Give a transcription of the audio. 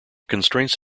constraints